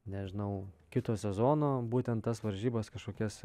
nežinau kito sezono būtent tas varžybas kažkokias